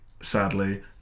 sadly